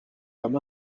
comme